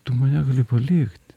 tu mane gali palikt